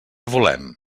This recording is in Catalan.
volem